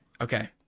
okay